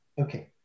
Okay